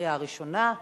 בקריאה הראשונה.